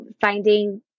finding